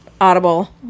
audible